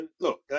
Look